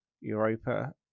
Europa